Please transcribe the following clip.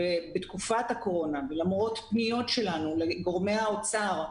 בתקופת הקורונה ולמרות הפניות שלנו לגורמי האוצר,